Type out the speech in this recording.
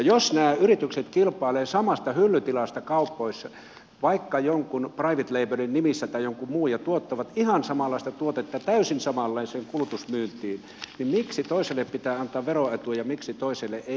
jos nämä yritykset kilpailevat samasta hyllytilasta kaupoissa vaikka jonkun private labelin nimissä tai jonkun muun ja tuottavat ihan samanlaista tuotetta täysin samanlaiseen kulutusmyyntiin miksi toiselle pitää antaa veroetu ja miksi toiselle ei